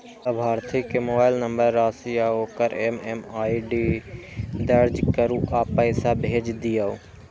लाभार्थी के mobile number, राशि आ ओकर एम.एम.आई.डी दर्ज करू आ पैसा भेज दियौ